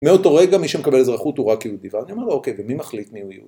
מאותו רגע מי שמקבל אזרחות הוא רק יהודי, ואני אומר: אוקיי, ומי מחליט מי הוא יהו...